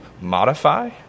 modify